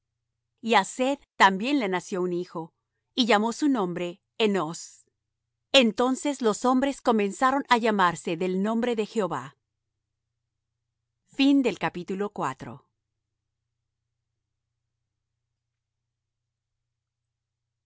y á seth también le nació un hijo y llamó su nombre enós entonces los hombres comenzaron á llamarse del nombre de jehová este